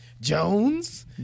Jones